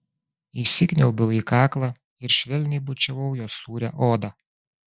įsikniaubiau į kaklą ir švelniai bučiavau jo sūrią odą